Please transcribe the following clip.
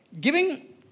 giving